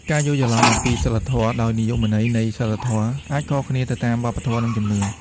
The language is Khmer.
ការយល់ច្រឡំអំពី "សីលធម៌" ដោយនិយមន័យនៃ "សីលធម៌" អាចខុសគ្នាទៅតាមវប្បធម៌ និងជំនឿ។